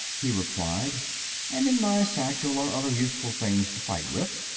he replied and in my satchel are other useful things to fight with.